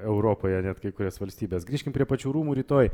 europoje net kai kurias valstybes grįžkim prie pačių rūmų rytoj